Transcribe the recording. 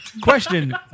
Question